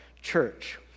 church